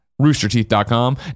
Roosterteeth.com